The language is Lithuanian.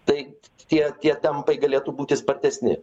tai tie tie tempai galėtų būti spartesni